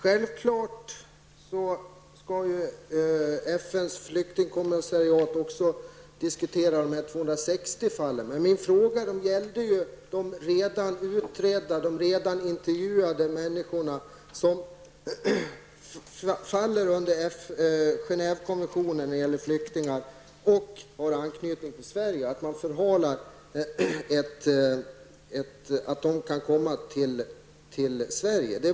Fru talman! FNs flyktingkommissariat skall självfallet också diskutera de 260 fallen. Min fråga gällde emellertid att man förhalar att människor, som redan är intervjuade och vars fall har blivit utredda och som faller under Genèvekonventionen när det gäller flyktingar och har anknytning till Sverige, kan komma till Sverige.